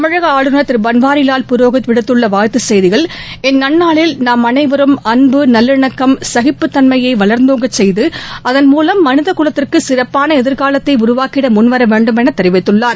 தமிழக ஆளுநர் திரு பன்வாரிலால் புரோஹித் விடுத்துள்ள வாழ்த்து செய்தியில் இந்நன்னாளில் நாம் அனைவரும் அன்பு நல்லிணக்கம் சகிப்புத் தன்மையை வளர்ந்தோங்கச் செய்து அதன்மூலம் மனித குலத்திற்கு சிறப்பான எதிர்காலத்தை உருவாக்கிட முன்வர வேண்டும் என தெரிவித்துள்ளார்